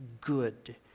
good